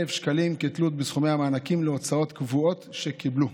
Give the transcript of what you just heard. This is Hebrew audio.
שקלים כתלות בסכומי המענקים להוצאות קבועות שקיבלו.